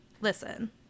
Listen